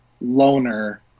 loner